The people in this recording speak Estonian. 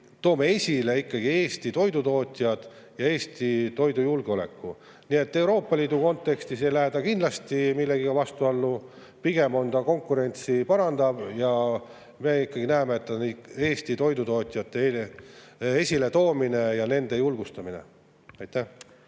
toome esile ikkagi Eesti toidutootjad ja Eesti toidujulgeoleku. Nii et Euroopa Liidu kontekstis ei lähe see kindlasti millegagi vastuollu. Pigem on see konkurentsi parandav. Ja me ikkagi näeme, et see [aitab] Eesti toidutootjaid esile tuua ja neid julgustada. Mart